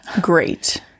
Great